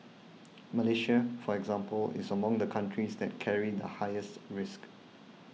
Malaysia for example is among the countries that carry the highest risk